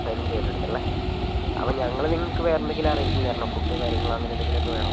പതിനഞ്ച് പേർ അടുത്ത് അല്ലേ അപ്പം ഞങ്ങൾ നിങ്ങൾക്ക് വേറെ എന്തെങ്കിലും അറേഞ്ച് ചെയ്ത് തരണോ ഫുഡ് കാര്യങ്ങൾ അങ്ങനെ എന്തെങ്കിലുമൊക്കെ വേണോ